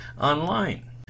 online